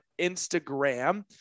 Instagram